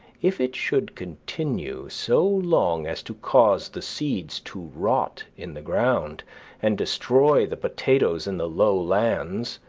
if it should continue so long as to cause the seeds to rot in the ground and destroy the potatoes in the low lands,